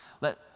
Let